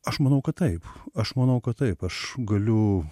aš manau kad taip aš manau kad taip aš galiu